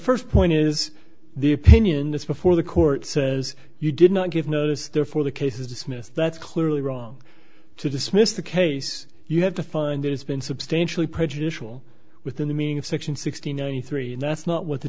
first point is the opinion that's before the court says you did not give notice therefore the case is dismissed that's clearly wrong to dismiss the case you have to find that it's been substantially prejudicial within the meaning of section sixty ninety three and that's not what the